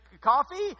coffee